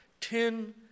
Ten